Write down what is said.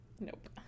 Nope